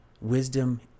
wisdom